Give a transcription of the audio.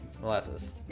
molasses